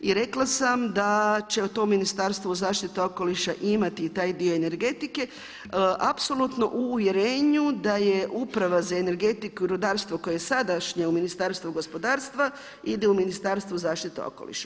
I rekla sam da će to Ministarstvo zaštite okoliša imati i taj dio energetike, apsolutno u uvjerenju da je uprava za energetiku i rudarstvo koje je sadašnje u Ministarstvu gospodarstva, ide u Ministarstvo zaštite okoliša.